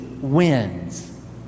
wins